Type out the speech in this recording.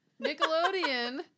Nickelodeon